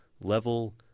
level